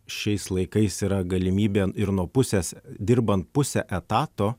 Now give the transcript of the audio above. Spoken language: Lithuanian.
šiais laikais yra galimybė ir nuo pusės dirbant puse etato